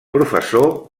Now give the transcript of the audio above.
professor